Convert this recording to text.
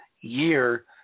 year